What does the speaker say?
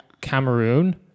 Cameroon